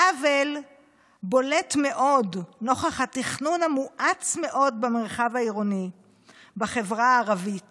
העוול בולט מאוד נוכח התכנון המואץ מאוד במרחב העירוני בחברה הערבית